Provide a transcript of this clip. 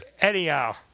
Anyhow